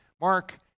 Mark